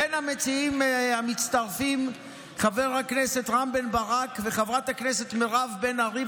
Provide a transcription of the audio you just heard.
בין המציעים המצטרפים חבר הכנסת רם בן ברק וחברת הכנסת מירב בן ארי,